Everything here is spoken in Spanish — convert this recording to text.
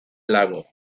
lago